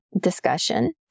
discussion